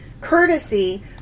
courtesy